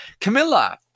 Camilla